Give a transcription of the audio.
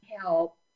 help